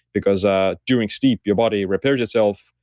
because ah during steep your body repairs itself.